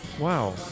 Wow